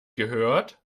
gehört